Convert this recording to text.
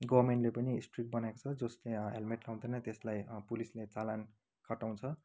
गभर्मेन्टले पनि स्ट्रिक्ट बनाएको छ जसले हेलमेट लगाउँदैन त्यसलाई पुलिसले चलान कटाउँछ